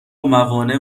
موانع